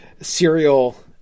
serial